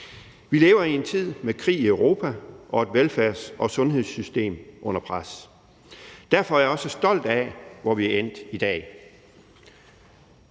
Vi lever i en tid med krig i Europa og et velfærds- og sundhedssystem under pres. Derfor er jeg også stolt af, hvor vi er endt i dag.